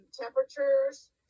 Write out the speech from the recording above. temperatures